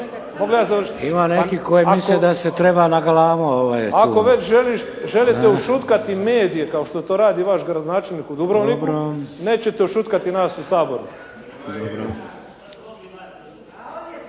Ima nekih koji misle da se treba na galamu. **Matušić, Frano (HDZ)** Ako već želite ušutkati medije kao što to radi vaš gradonačelnik u Dubrovniku, nećete ušutkati nas u Saboru.